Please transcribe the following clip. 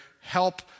help